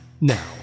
now